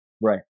Right